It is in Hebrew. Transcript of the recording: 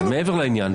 מעבר לעניין,